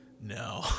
No